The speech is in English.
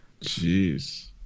Jeez